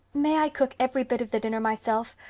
may i cook every bit of the dinner myself?